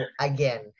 again